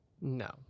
no